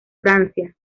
francia